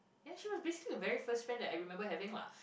and she was basically the very first friend that I remember having laugh